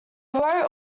wrote